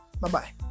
bye-bye